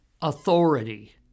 authority